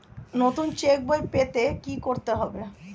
নতুন চেক বই পেতে কী করতে হবে?